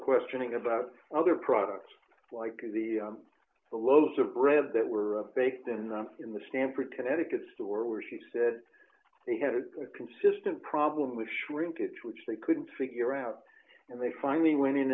questioning about other products like the loaves of bread that were d baked and in the stanford connecticut store where she said he had a consistent problem with shrinkage which they couldn't figure out and they finally went in